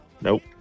Nope